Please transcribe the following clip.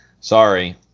Sorry